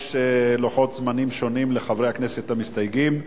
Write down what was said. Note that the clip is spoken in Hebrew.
יש לוחות זמנים שונים לחברי הכנסת המסתייגים.